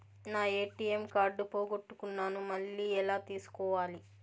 నా ATM card పోగొట్టుకున్నాను, మళ్ళీ ఎలా తీసుకోవాలి?